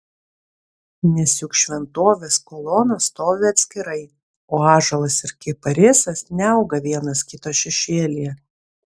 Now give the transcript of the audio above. nes juk šventovės kolonos stovi atskirai o ąžuolas ir kiparisas neauga vienas kito šešėlyje